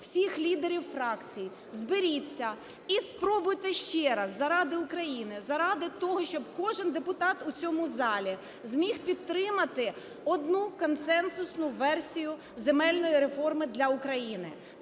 всіх лідерів фракцій? Зберіться і спробуйте ще раз заради України, заради того, щоб кожен депутат у цьому залі зміг підтримати одну консенсусну версію земельної реформи для України.